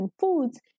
foods